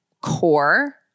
core